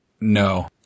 No